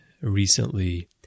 recently